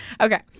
okay